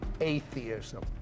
atheism